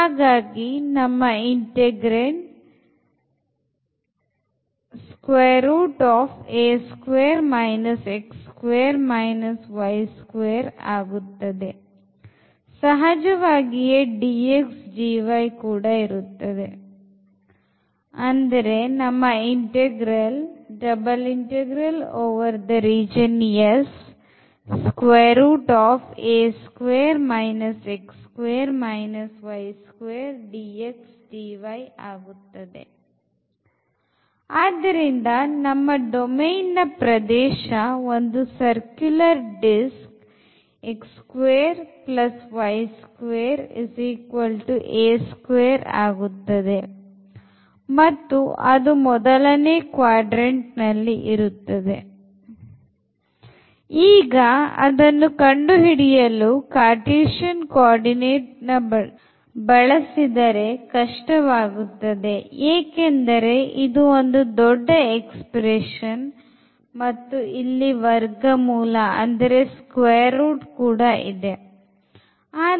ಹಾಗಾಗಿ ನಮ್ಮ integrand ಆಗುತ್ತದೆ ಸಹಜವಾಗಿ dx dy ಕೂಡ ಇರುತ್ತದೆ ಆದ್ದರಿಂದ ನಮ್ಮ ಡೊಮೇನ್ ನ ಪ್ರದೇಶ ಒಂದು ಸರ್ಕುಲರ್ ಡಿಸ್ಕ್ x2y2a2 ಆಗುತ್ತದೆ ಮತ್ತು ಅದು ಮೊದಲನೇ quadrantನಲ್ಲಿ ಇರುತ್ತದೆ ಈಗ ಇದನ್ನು ಕಂಡು ಹಿಡಿಯಲು cartesian coordinate ಬಳಸಿದರೆ ಕಷ್ಟವಾಗುತ್ತದೆ ಏಕೆಂದರೆ ಇದು ಒಂದು ದೊಡ್ಡ ಎಕ್ಸ್ಪ್ರೆಶನ್ ಮತ್ತು ಇಲ್ಲಿ ವರ್ಗಮೂಲ ಕೂಡ ಇದೆ